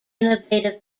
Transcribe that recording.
innovative